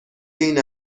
این